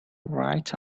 right